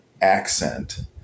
accent